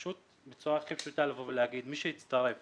ובצורה הכי פשוטה להגיד: מי שהצטרף